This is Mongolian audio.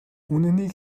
үнэнийг